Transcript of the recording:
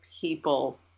people